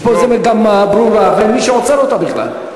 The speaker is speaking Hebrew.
יש פה מגמה ברורה ואין מי שעוצר אותה בכלל.